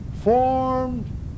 formed